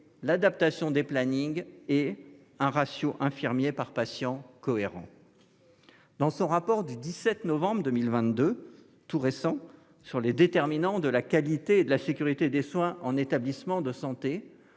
l'adaptation des plannings et un ratio infirmier/patient cohérent. Dans son rapport du 17 novembre 2022- il est donc tout récent -sur les déterminants de la qualité et de la sécurité des soins en établissement de santé,